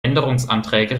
änderungsanträge